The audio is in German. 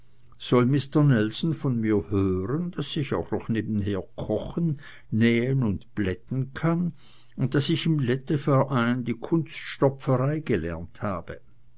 soll mister nelson von mir hören daß ich auch noch nebenher kochen nähen und plätten kann und daß ich im lette verein die kunststopferei gelernt habe